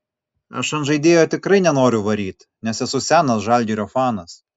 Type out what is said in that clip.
aš ant žaidėjo tikrai nenoriu varyt nes esu senas žalgirio fanas